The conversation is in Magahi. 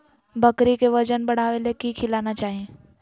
बकरी के वजन बढ़ावे ले की खिलाना चाही?